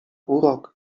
urok